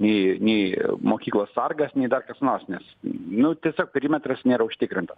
nei nei mokyklos sargas nei dar kas nors nes nu tiesiog perimetras nėra užtikrintas